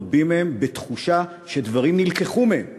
רבים מהם בתחושה שדברים נלקחו מהם בצפון.